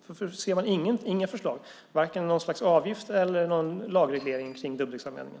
Varför ser man inga förslag, vare sig något slags avgift eller någon lagreglering kring dubbdäcksanvändningen?